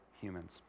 humans